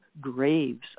graves